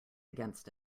against